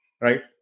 Right